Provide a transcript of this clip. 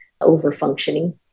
over-functioning